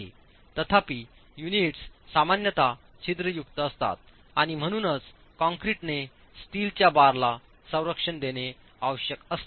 तथापि युनिट्स सामान्यत छिद्रयुक्त असतात आणि म्हणूनच कंक्रीटने स्टीलच्या बारला संरक्षण देणे आवश्यक असते